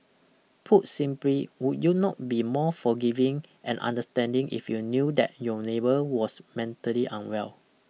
put simply would you not be more forgiving and understanding if you knew that your neighbour was mentally unwell